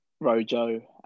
rojo